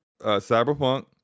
Cyberpunk